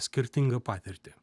skirtingą patirtį